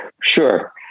Sure